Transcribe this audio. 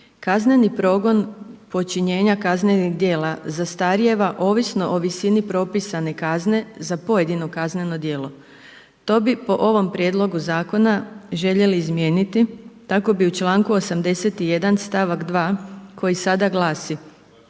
kazneni progon počinjenja kaznenih djela zastarijeva ovisno o visini propisane kazne za pojedino kazneno djelo. To bi po ovom prijedlogu zakona željeli izmijeniti, tako bi u članku 81. stavak 2. koji sada gladi